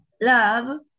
love